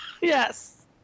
Yes